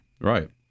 Right